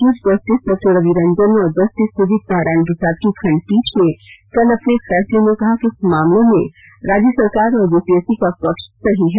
chief justice डॉ रवि रंजन और justice Sujit Narayan Prasad की खंडपीठ ने कल अपने फैसले में कहा कि इस मामले में राज्य सरकार और जेपीएससी का पक्ष सही है